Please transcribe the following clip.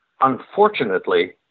Unfortunately